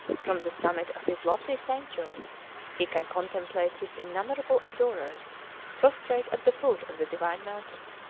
from the summit of his lofty sanctuary he can contemplate his innumerable adorers prostrate at the foot of the divine mountain.